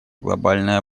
глобальное